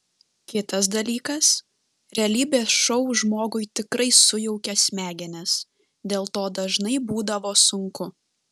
kitas dalykas realybės šou žmogui tikrai sujaukia smegenis dėl to dažnai būdavo sunku